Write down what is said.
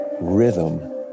rhythm